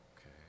Okay